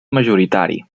majoritari